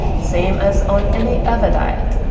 same as on any other diet.